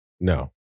No